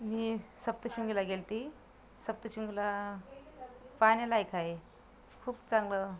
मी सप्तशृंगीला गेली होती सप्तशृंगीला पाहण्यालायक आहे खूप चांगलं